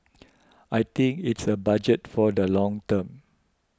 I think it's a budget for the long term